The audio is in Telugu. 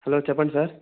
హలో చెప్పండి సార్